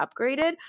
upgraded